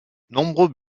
nombreux